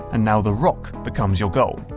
and now the rock becomes your goal.